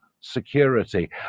security